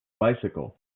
bicycle